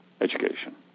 education